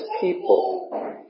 people